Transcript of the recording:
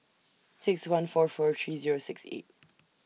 six one four four three Zero six eight